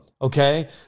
Okay